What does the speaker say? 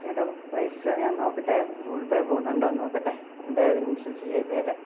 ചേട്ടാ പൈസ ഞാൻ നോക്കട്ടേ ഗൂഗ്ൾ പേ പോകുന്നുണ്ടോ നോക്കട്ടെ ഉണ്ടെങ്കില് അതനുസരിച്ച് ചെയ്തുതരാം